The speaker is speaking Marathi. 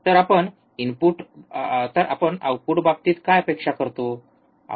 तर आपण आउटपुट बाबतीत काय अपेक्षा करतो